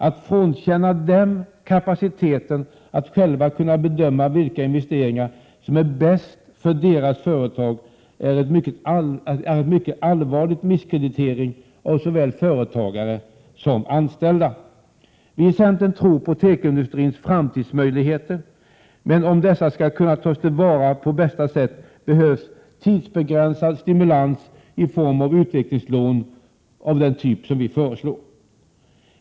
Att frånkänna dem kapaciteten att själva bedöma vilka investeringar som är bäst för deras företag innebär en mycket allvarlig misskreditering av såväl företagare som anställda. Vi i centern tror på tekoindustrins framtidsmöjligheter, men om dessa skall kunna tas till vara på bästa sätt behövs en tidsbegränsad stimulans i form av utvecklingslån av den typ som vi föreslår.